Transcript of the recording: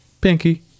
Pinky